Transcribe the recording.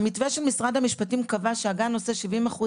המתווה של משרד המשפטים קבע שהגן נושא ב-70%